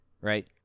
right